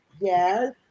Yes